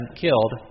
killed